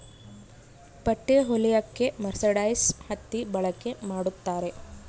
ಬಟ್ಟೆ ಹೊಲಿಯಕ್ಕೆ ಮರ್ಸರೈಸ್ಡ್ ಹತ್ತಿ ಬಳಕೆ ಮಾಡುತ್ತಾರೆ